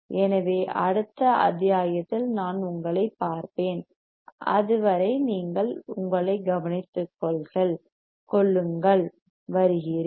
எனவே அடுத்த அத்தியாயத்தில் நான் உங்களைப் பார்ப்பேன் அதுவரை நீங்கள் கவனித்துக் கொள்ளுங்கள் வருகிறேன்